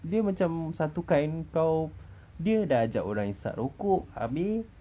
dia macam satu kind kau dia dah ajak orang hisap rokok abeh